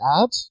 add